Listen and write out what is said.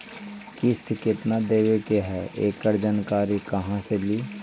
किस्त केत्ना देबे के है एकड़ जानकारी कहा से ली?